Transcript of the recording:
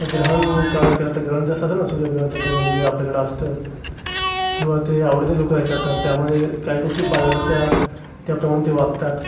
ग्रहणकाळात केलं तर ग्रहण असतं ना सूर्यग्रहण चंद्रग्रहण जे आपल्याकडं असतं किंवा ते आवडीने लोकं हे करतात त्यामुळे काही गोष्टी पाळल्या जातात त्या त्याप्रमाणे ते वागतात